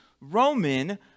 Roman